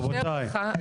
רבותי,